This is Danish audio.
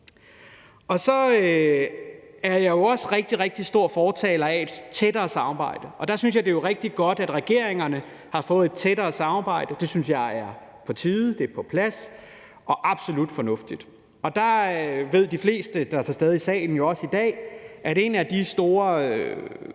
Så er jeg også rigtig, rigtig stor fortaler for et tættere samarbejde, og der synes jeg, det er rigtig godt, at regeringerne har fået et tættere samarbejde. Det synes jeg var på tide; det er på plads og absolut fornuftigt. Og de fleste, der er til stede i salen i dag, ved, at en af de store